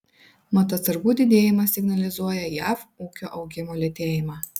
mat atsargų didėjimas signalizuoja jav ūkio augimo lėtėjimą